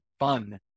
fun